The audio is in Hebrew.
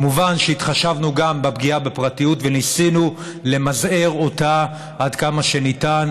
מובן שהתחשבנו גם בפגיעה בפרטיות וניסינו למזער אותה עד כמה שניתן.